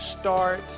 Start